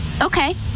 okay